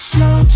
Slow